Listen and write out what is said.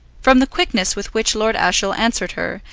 from the quickness with which lord ashiel answered her,